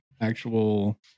actual